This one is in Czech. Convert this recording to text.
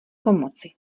pomoci